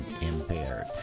impaired